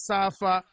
Safa